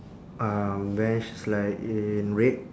uh bench is like in red